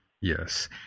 Yes